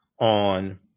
on